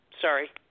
sorry